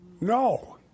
No